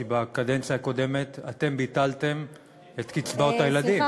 כי בקדנציה הקודמת ביטלתם את קצבאות הילדים.